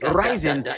rising